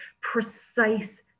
precise